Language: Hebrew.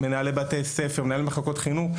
מנהלי בתי ספר ומנהלי מחלקות חינוך.